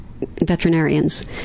veterinarians